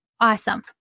Awesome